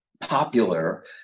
popular